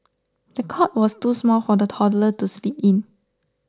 the cot was too small for the toddler to sleep in